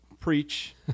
preach